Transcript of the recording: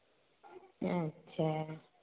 छा अच्छा